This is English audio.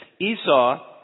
Esau